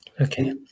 okay